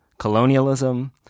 Colonialism